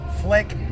flick